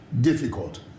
difficult